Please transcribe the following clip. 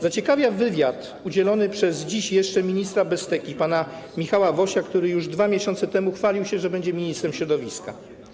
Zaciekawia wywiad udzielony przez dziś jeszcze ministra bez teki pana Michała Wosia, który już 2 miesiące temu chwalił się, że będzie ministrem środowiska.